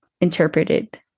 interpreted